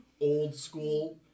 old-school